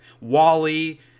Wally